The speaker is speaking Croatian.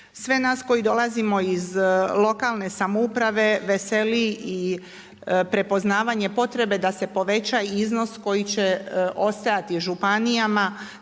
Sve nas koji dolazimo iz lokalne samouprave veseli i prepoznavanje potrebe da se poveća i iznos koji će ostajati županijama.